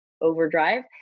overdrive